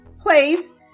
place